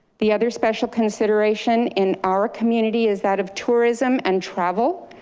the other special consideration in our community is that of tourism and travel.